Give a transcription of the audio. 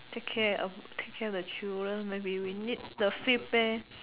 take care of take care of the children maybe we need the feedback